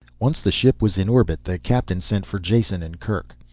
once the ship was in orbit the captain sent for jason and kerk.